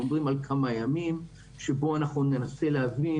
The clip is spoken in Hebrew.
אנחנו מדברים על כמה ימים שבהם אנחנו ננסה להבין